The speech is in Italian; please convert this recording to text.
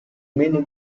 meno